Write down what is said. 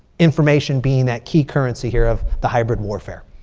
information being that key currency here of the hybrid warfare.